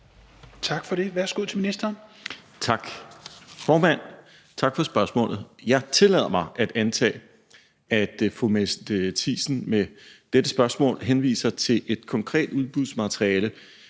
(Benny Engelbrecht): Tak, formand. Tak for spørgsmålet. Jeg tillader mig at antage, at fru Mette Thiesen med dette spørgsmål henviser til et konkret udbudsmateriale